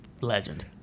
Legend